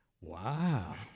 wow